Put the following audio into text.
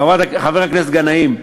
חבר הכנסת גנאים,